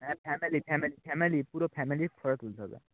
হ্যাঁ family family family পুরো ফ্যামিলির ফটো তুলতে হবে